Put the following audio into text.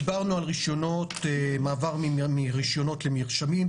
דיברנו על מעבר מרישיונות למרשמים,